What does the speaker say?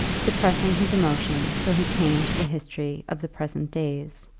suppressing his emotion till he came to the history of the present days.